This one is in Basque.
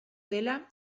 dela